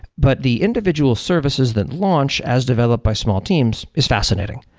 but the individual services that launch as developed by small teams is fascinating.